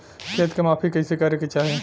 खेत के माफ़ी कईसे करें के चाही?